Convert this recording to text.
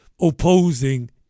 opposing